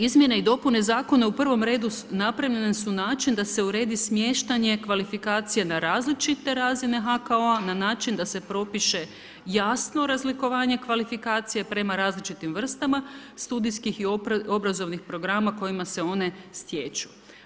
Izmjene i dopune zakona u prvom redu napravljene su na način da se uredi smještane kvalifikacije na različite razine HKO, na način da se propiše jasno razlikovanje kvalifikacija, prema različitim vrstama studijskih i obrazovnih programa kojima se one stječu.